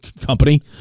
company